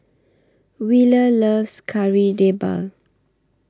Wheeler loves Kari Debal